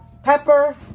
pepper